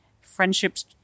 friendships